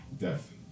Death